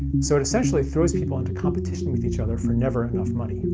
so it essentially throws people into competition with each other for never enough money.